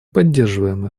поддерживаем